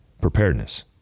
preparedness